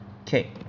Okay